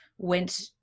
went